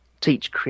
teach